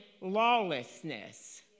lawlessness